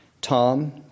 Tom